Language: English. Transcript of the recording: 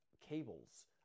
cables